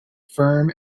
firm